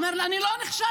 הוא אומר: אני לא נכשלתי,